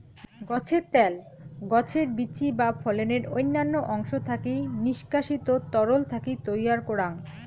গছের ত্যাল, গছের বীচি বা ফলের অইন্যান্য অংশ থাকি নিষ্কাশিত তরল থাকি তৈয়ার করাং